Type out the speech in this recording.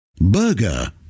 Burger